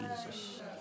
Jesus